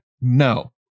no